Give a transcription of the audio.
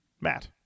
matt